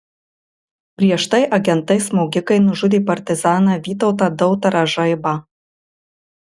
prieš tai agentai smogikai nužudė partizaną vytautą dautarą žaibą